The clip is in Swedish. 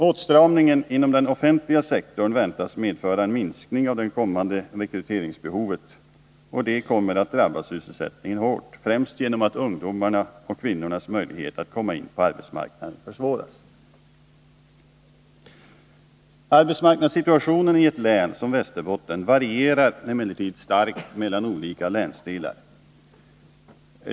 Åtstramningen inom den offentliga sektorn väntas medföra en minskning av det kommande rekryteringsbehovet, vilket kommer att drabba sysselsättningen hårt, främst genom att ungdomarnas och kvinnornas möjligheter att komma in på arbetsmarknaden försvåras. Arbetsmarknadssituationen i ett län som Västerbotten varierar emellertid starkt mellan olika länsdelar.